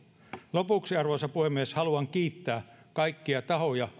lopuksi arvoisa puhemies haluan omasta puolestani kiittää kaikkia tahoja